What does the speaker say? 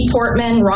Portman